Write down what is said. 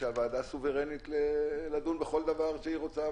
שהוועדה סוברנית לדון בכל דבר ועניין שהיא רוצה.